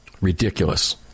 Ridiculous